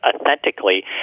authentically